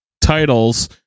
titles